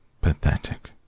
Pathetic